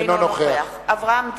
אינו נוכח אברהם דיכטר,